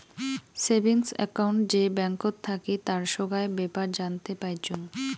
savings account যে ব্যাঙ্কত থাকি তার সোগায় বেপার জানতে পাইচুঙ